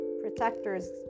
protectors